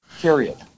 Period